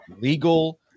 legal